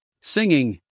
singing